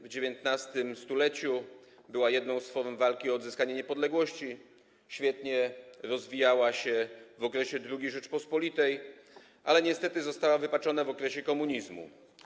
W XIX stuleciu była jedną z form walki o odzyskanie niepodległości, świetnie rozwijała się w okresie II Rzeczypospolitej, ale niestety została wypaczona w okresie komunizmu.